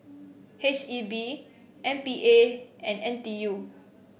H E B M P A and N T U